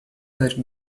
that